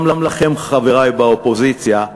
גם לכם, חברי באופוזיציה,